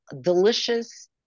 delicious